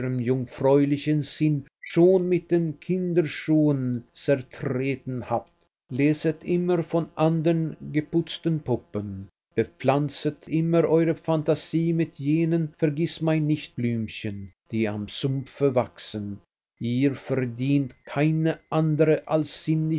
jungfräulichen sinn schon mit den kinderschuhen zertreten habt leset immer von andern geputzten puppen bepflanzet immer eure phantasie mit jenen vergißmeinnichtblümchen die am sumpfe wachsen ihr verdienet keine andere als